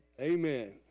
Amen